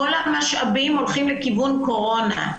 כל המשאבים הולכים לכיוון קורונה.